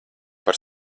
par